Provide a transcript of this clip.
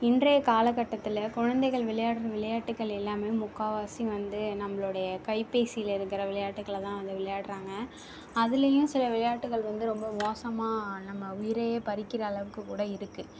இன்றைய காலகட்டத்தில் குழந்தைகள் விளையாடும் விளையாட்டுக்கள் எல்லாமே முக்கால்வாசி வந்து நம்பளுடைய கைப்பேசியில இருக்கிற விளையாட்டுக்களை தான் வந்து விளையாட்றாங்க அதுலையும் சில விளையாட்டுகள் வந்து ரொம்ப மோசமாக நம்ப உயிரையே பறிக்கிற அளவுக்கு கூட இருக்கு